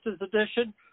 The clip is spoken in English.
Edition